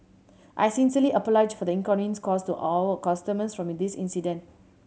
I sincerely apologise for the inconvenience caused to our customers from this incident